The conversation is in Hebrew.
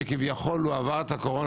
שאומר שכביכול הוא עבר את הקורונה,